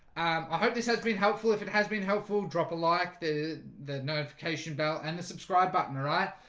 i hope this has been helpful if it has been helpful drop a like the the notification belt and the subscribe button. alright,